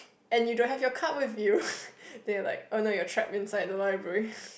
and you don't have your card with you then you like oh no you're trapped inside in the library